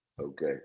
Okay